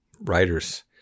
writers